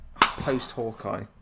post-Hawkeye